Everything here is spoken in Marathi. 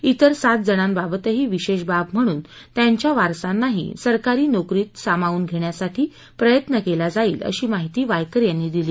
इतर सात जणांबाबतही विशेष बाब म्हणून त्यांच्या वारसांनाही सरकारी नोकरीत सामावून घेण्यासाठी प्रयत्न केला जाईल अशी माहिती वायकर यांनी दिली